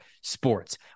sports